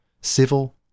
civil